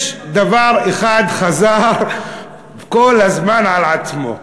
יש דבר אחד שחזר כל הזמן על עצמו.